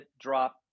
drop